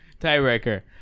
Tiebreaker